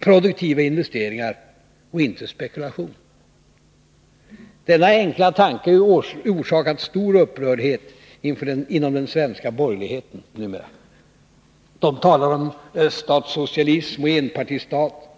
produktiva investeringar och inte om spekulation. Denna enkla tanke har orsakat stor upprördhet inom den svenska borgerligheten. Man talar om öststatssocialism och enpartistat.